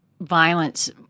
violence